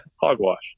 hogwash